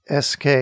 SK